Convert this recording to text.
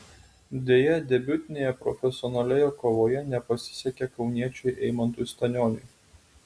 deja debiutinėje profesionalioje kovoje nepasisekė kauniečiui eimantui stanioniui